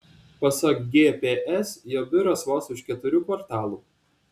pasak gps jo biuras vos už keturių kvartalų